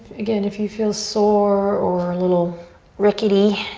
again, if you feel sore or a little rickety,